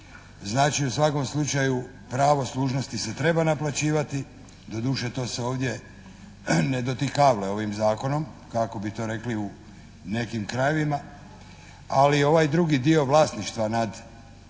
Znači u svakom slučaju pravo služnosti se treba naplaćivati, doduše to se ovdje nedotikavle ovim zakonom kako bi to rekli u nekim krajevima, ali ovaj drugi dio vlasništva nad kanalizacijom